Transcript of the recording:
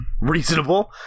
reasonable